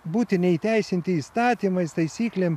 būti neįteisinti įstatymais taisyklėm